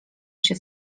się